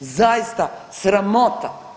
Zaista sramota.